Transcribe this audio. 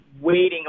waiting